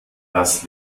das